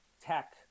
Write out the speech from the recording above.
tech